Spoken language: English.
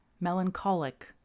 melancholic